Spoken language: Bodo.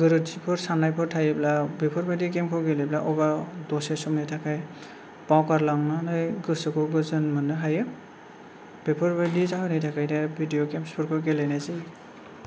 गोरोन्थिफोर सान्नायफोर थायोब्ला बेफोरबायदि गेमखौ गेलेब्ला अबा दसे समनि थाखाय बावगारलांनानै गोसोखौ गोजोन मोन्नो हायो बेफोरबादि जाहोननि थाखायनो भिदिअ गेम्सफोरखौ गेलेनाय जायो